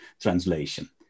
translation